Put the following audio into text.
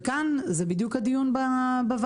וכאן זה בדיוק הדיון בוועדה,